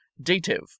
dative